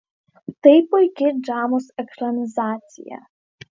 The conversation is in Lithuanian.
tai puiki dramos ekranizacija